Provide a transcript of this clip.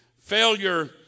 Failure